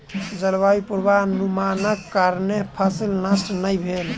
जलवायु पूर्वानुमानक कारणेँ फसिल नष्ट नै भेल